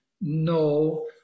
No